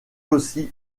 aussi